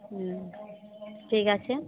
হুম ঠিক আছে